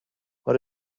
what